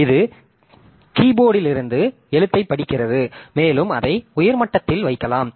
இது கீபோர்டுலிருந்து எழுத்தைப் படிக்கிறது மேலும் அதை உயர் மட்டத்தில் வைக்கலாம்